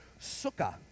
Sukkah